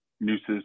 nooses